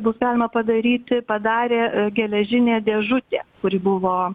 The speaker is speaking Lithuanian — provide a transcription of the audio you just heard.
bus galima padaryti padarė geležinė dėžutė kuri buvo